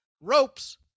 ropes